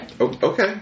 Okay